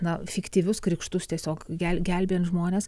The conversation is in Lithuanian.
na fiktyvius krikštus tiesiog gelbejant žmones